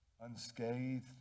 unscathed